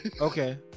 Okay